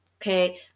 okay